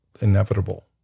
inevitable